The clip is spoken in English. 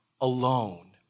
alone